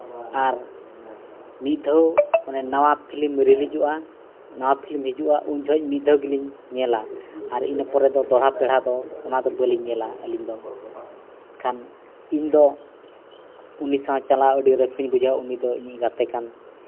ᱟᱨ ᱢᱤᱫ ᱫᱷᱟᱹᱣ ᱚᱱᱮ ᱱᱟᱣᱟ ᱯᱷᱞᱤᱢ ᱨᱤᱞᱤᱡᱚᱜᱼᱟ ᱱᱟᱣᱟ ᱯᱷᱞᱤᱢ ᱦᱤᱡᱩᱜᱼᱟ ᱩᱱ ᱡᱚᱦᱚᱡ ᱢᱤᱫ ᱫᱷᱟᱹᱣ ᱜᱮᱞᱤᱧ ᱧᱮᱞᱟ ᱟᱨ ᱤᱱᱟᱹ ᱯᱚᱨᱮ ᱫᱚ ᱫᱚᱲᱦᱟ ᱯᱮᱲᱦᱟ ᱫᱚ ᱚᱱᱟ ᱫᱚ ᱵᱟᱹᱞᱤᱧ ᱧᱮᱞᱟ ᱟᱹᱞᱤᱧ ᱫᱚ ᱮᱱᱠᱷᱟᱱ ᱤᱧ ᱫᱚ ᱩᱱᱤ ᱥᱟᱶ ᱪᱟᱞᱟᱣ ᱟᱹᱰᱤ ᱨᱟᱹᱥᱠᱟᱹᱧ ᱵᱩᱡᱷᱟᱹᱣᱟ ᱩᱱᱤ ᱫᱚ ᱤᱧᱤᱧ ᱜᱟᱛᱮ ᱠᱟᱱ